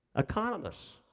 economists.